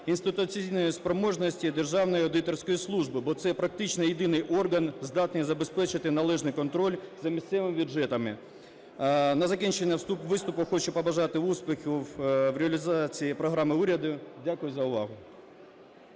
інституційної спроможності Державної аудиторської служби, бо це практично єдиний орган здатний забезпечити належний контроль за місцевими бюджетами. На закінчення виступу хочу побажати успіхів в реалізації програми уряду. Дякую за увагу.